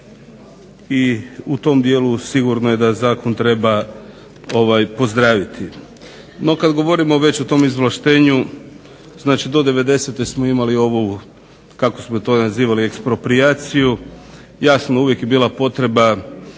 I u tom dijelu sigurno je da zakon treba pozdraviti. No kada govorimo već o tom izvlaštenju znači do devedesete smo imali kako smo to nazivali eksproprijaciju, jasno je uvijek je bila potreba